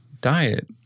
diet